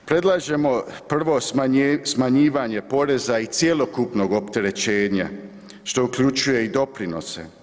Predlažemo prvo smanjivanje poreza i cjelokupnog opterećenja, što uključuje i doprinose.